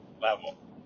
level